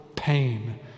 pain